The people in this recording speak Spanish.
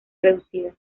reducida